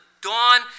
dawn